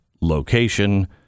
location